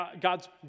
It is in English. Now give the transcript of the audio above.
God's